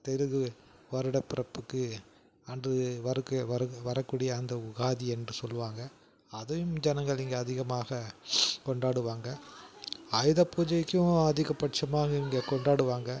அத்தெலுகு வருட பிறப்புக்கு அன்று வருக்கு வரு வரக்கூடிய அந்த உகாதி என்று சொல்லுவாங்க அதையும் ஜனங்கள் இங்கே அதிகமாக கொண்டாடுவாங்க ஆயுத பூஜைக்கும் அதிகபட்சமாக இங்கே கொண்டாடுவாங்க